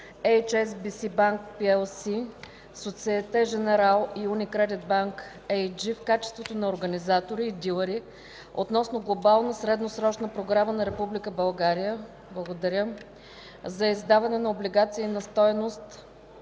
Пи Ел Си, Сосиете Женерал и Уникредит Банк АГ в качеството на Организатори и Дилъри относно Глобална средносрочна програма на Република България за издаване на облигации на стойност